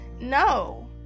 no